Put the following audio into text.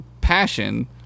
passion